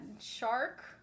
shark